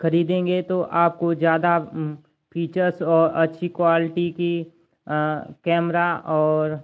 खरीदेंगे तो आपको ज़्यादा फीचर्स और अच्छी क्वालिटी का कैमरा और